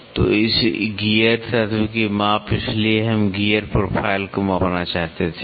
तो गियर तत्व की माप इसलिए हम गियर प्रोफाइल को मापना चाहते थे